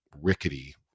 rickety